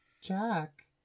Jack